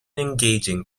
engaging